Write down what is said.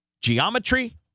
geometry